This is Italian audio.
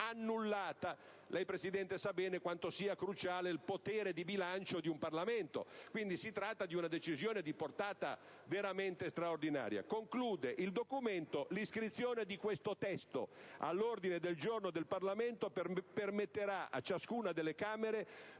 annullata. Signor Presidente, lei sa bene quanto sia cruciale il potere di bilancio di un Parlamento: si tratta quindi di una decisione di portata veramente straordinaria. Il documento conclude: «L'iscrizione di questo testo all'ordine del giorno del Parlamento permetterà a ciascuna delle Camere